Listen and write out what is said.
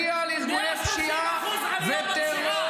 פגעת בתוכניות החומש למיגור הפשיעה והאלימות.